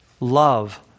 love